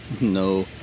No